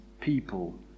people